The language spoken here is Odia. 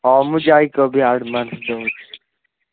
ହଉ ମୁଁ ଯାଇକି ଆଡ଼ଭାନ୍ସ ଦେଉଛି